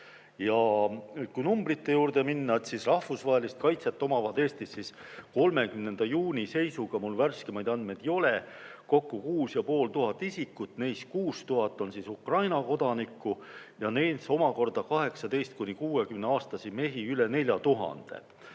Ja kui numbrite juurde minna, siis rahvusvahelist kaitset omavad Eestis 30. juuni seisuga – mul värskemaid andmeid ei ole – kokku 6500 isikut. Neist 6000 on Ukraina kodanikud ja neist omakorda 18–60‑aastasi mehi on üle 4000.